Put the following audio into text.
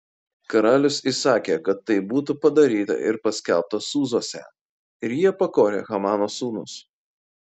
karalius įsakė kad tai būtų padaryta ir paskelbta sūzuose ir jie pakorė hamano sūnus